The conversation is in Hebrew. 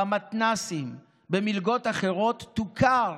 במתנ"סים, למלגות אחרות, תוכר